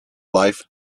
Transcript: life